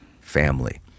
family